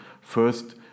first